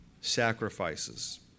sacrifices